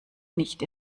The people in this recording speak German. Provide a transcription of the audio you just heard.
nicht